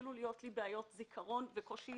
התחילו להיות לי בעיות זיכרון וקושי